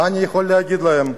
מה אני יכול להגיד להם?